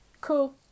cool